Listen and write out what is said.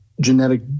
genetic